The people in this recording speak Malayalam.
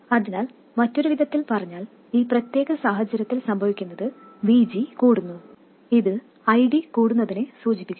അതിനാൽ മറ്റൊരു വിധത്തിൽ പറഞ്ഞാൽ ഈ പ്രത്യേക സാഹചര്യത്തിൽ സംഭവിക്കുന്നത് VG കൂടുന്നു ഇത് ID കൂടുന്നതിനെ സൂചിപ്പിക്കുന്നു